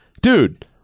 dude